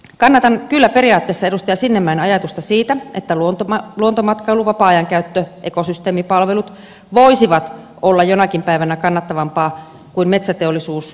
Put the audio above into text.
kannatan kyllä periaatteessa edustaja sinnemäen ajatusta siitä että luontomatkailu vapaa ajan käyttö ekosysteemipalvelut voisivat olla jonakin päivänä kannattavampaa kuin metsäteollisuus